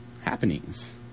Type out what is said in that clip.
happenings